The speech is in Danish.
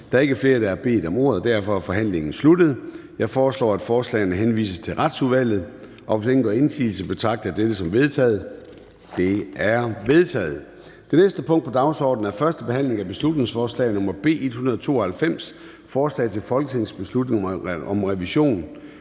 Der er ikke flere, der har bedt om ordet, og derfor er forhandlingen sluttet. Jeg foreslår, at forslagene henvises til Retsudvalget, og hvis ingen gør indsigelse, betragter jeg dette som vedtaget. Det er vedtaget. --- Det næste punkt på dagsordenen er: 26) 1. behandling af beslutningsforslag nr. B 192: Forslag til folketingsbeslutning om revision